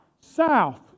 South